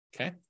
Okay